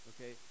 Okay